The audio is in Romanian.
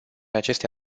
aceste